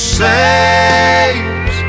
saves